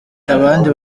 abandi